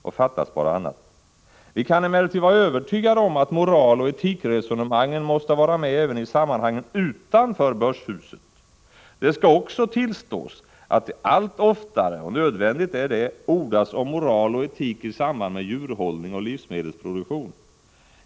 Och det fattas bara annat! Vi kan emellertid vara övertygade om att moraloch etikresonemangen måste vara med även i sammanhangen utanför Börshuset. Det skall också tillstås att det allt oftare, och nödvändigt är det, ordas om moral och etik i samband med djurhållning och livsmedelsproduktion.